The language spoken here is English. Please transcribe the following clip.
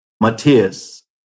Matthias